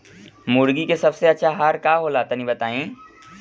मुर्गी के सबसे अच्छा आहार का होला तनी बताई?